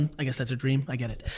i guess that's a dream, i get it.